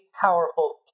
powerful